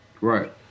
Right